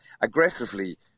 Aggressively